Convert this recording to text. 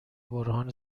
بحران